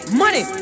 money